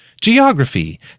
geography